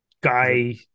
guy